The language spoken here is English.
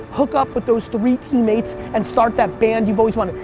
hook up with those three teammates and start that band you've always wanted.